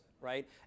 right